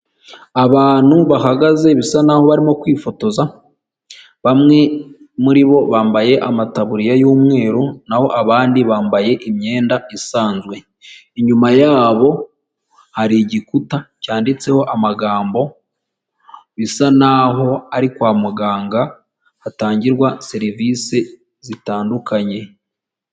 Abantu bahagaze bisa naho barimo kwifotoza, bamwe muri bo bambaye amatabuririya y'umweru, naho abandi bambaye imyenda isanzwe, inyuma yabo hari igikuta cyanditseho amagambo bisa naho ari kwa muganga, hatangirwa serivisi zitandukanye.